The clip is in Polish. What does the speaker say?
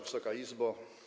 Wysoka Izbo!